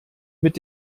mit